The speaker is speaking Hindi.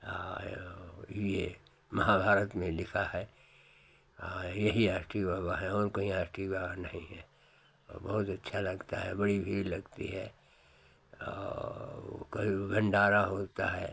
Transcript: हाँ यो यह महाभारत में लिखा है हाँ यही अष्टी बाबा हैं और कहीं अष्टी बाबा नहीं हैं और बहुत अच्छा लगता है बड़ी भीड़ लगती है और कई भंडारा होता है